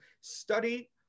study